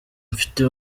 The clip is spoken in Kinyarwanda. mfite